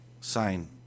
sign